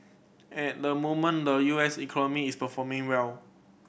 at the moment the U S economy is performing well